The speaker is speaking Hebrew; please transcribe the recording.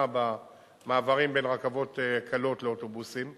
במעברים בין רכבות קלות לאוטובוסים,